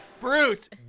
bruce